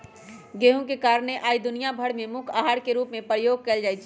गेहूम के कारणे आइ दुनिया भर में मुख्य अहार के रूप में प्रयोग कएल जाइ छइ